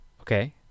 Okay